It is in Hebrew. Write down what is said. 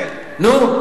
נו?